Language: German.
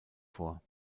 vor